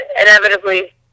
inevitably